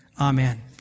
amen